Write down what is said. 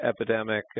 epidemic